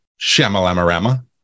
shamalamarama